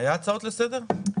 היו הצעות לסדר?